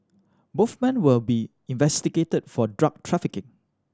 both men will be investigated for drug trafficking